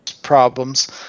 problems